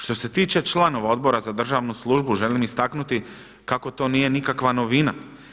Što se tiče članova Odbora za državnu službu želim istaknuti kako to nije nikakva novina.